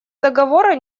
договора